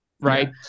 right